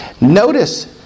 Notice